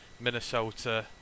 Minnesota